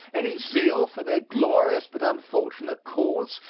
any zeal for their glorious but unfortunate cause,